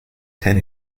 ten